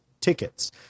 tickets